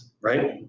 Right